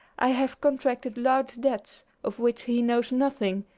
i have contracted large debts, of which he knows nothing,